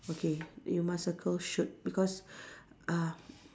okay you must circle shoot because uh